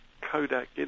kodak